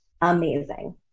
amazing